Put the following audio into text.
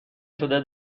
شده